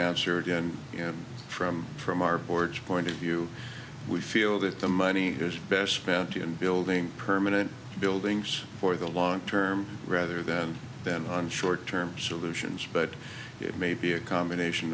answered and you know from from our board point of view we feel that the money is best spent in building permanent buildings for the long term rather than than on short term solutions but it may be a combination